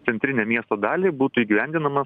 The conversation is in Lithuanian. centrinę miesto dalį būtų įgyvendinama